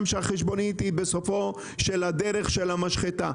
שהחשבונית היא בסופה של הדרך של המשחטה,